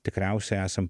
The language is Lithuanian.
tikriausia esam